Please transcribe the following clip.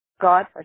God